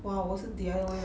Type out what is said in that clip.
!wah! 我是 the other way round